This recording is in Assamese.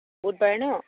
বুধবাৰে ন